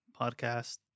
podcast